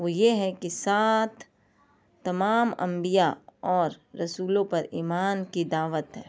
وہ یہ ہے کہ ساتھ تمام انبیا اور رسولوں پر ایمان کی دعوت ہے